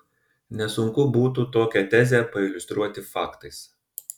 nesunku būtų tokią tezę pailiustruoti faktais